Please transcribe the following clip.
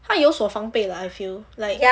她有所防备 lah I feel like